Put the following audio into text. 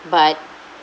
but